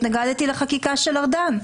התנגדתי לחקיקה של ארדן.